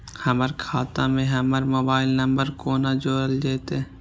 हमर खाता मे हमर मोबाइल नम्बर कोना जोरल जेतै?